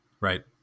Right